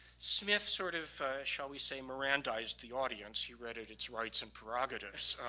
smith sort of shall we say mirandized the audience. he read it its rights and prerogatives.